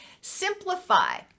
simplify